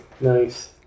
Nice